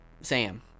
Sam